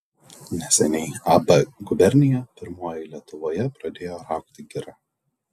neseniai ab gubernija pirmoji lietuvoje pradėjo raugti girą